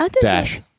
Dash